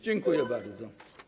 Dziękuję bardzo.